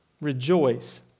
Rejoice